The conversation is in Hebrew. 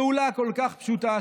פעולה כל כך פשוטה,